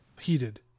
heated